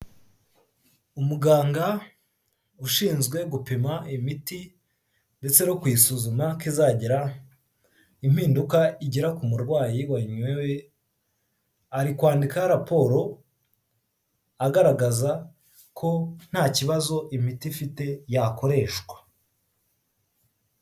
Umuganga ushinzwe gupima imiti ndetse no kuyisuzuma ko izagira impinduka igira ku murwayi wayinyoye, ari kwandika raporo agaragaza ko nta kibazo imiti ifite yakoreshwa.